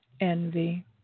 envy